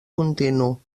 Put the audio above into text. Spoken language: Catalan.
continu